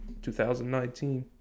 2019